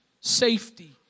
safety